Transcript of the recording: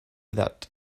that